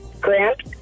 Grant